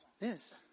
Yes